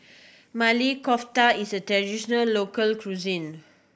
Maili Kofta is a traditional local cuisine